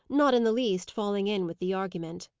not in the least falling in with the argument.